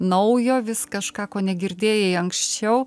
naujo vis kažką ko negirdėjai anksčiau